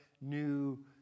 new